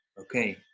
Okay